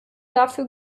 dafür